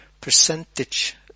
percentage